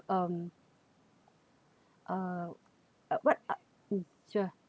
um uh uh what are mm sure